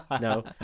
No